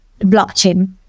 blockchain